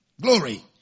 Glory